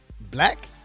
Black